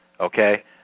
Okay